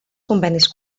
convenis